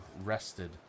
rested